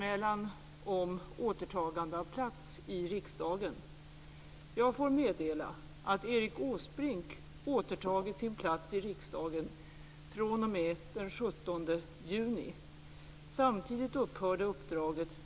Ärade riksdagsledamöter!